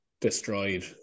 destroyed